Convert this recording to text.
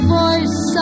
voice